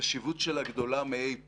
החשיבות שלה גדולה מאי פעם.